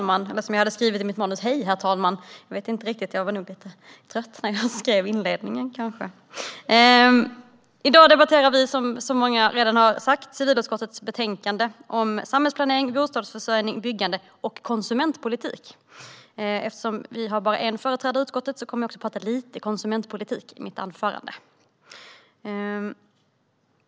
Herr talman! I dag debatterar vi, som många redan har sagt, civilutskottets betänkande om samhällsplanering, bostadsförsörjning och byggande samt konsumentpolitik. Eftersom vi bara har en företrädare i utskottet kommer jag också att prata lite om konsumentpolitik i mitt anförande.